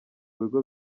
bigo